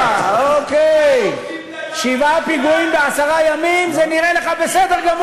אייכלר ואורן אסף חזן.